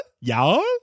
y'all